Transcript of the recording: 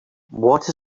what